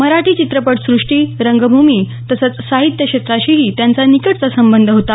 मराठी चित्रपटसृष्टी रंगभूमी तसच साहित्य क्षेत्राशीही त्यांचा निकटचा संबंध होता